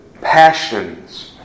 passions